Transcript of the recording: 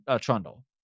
trundle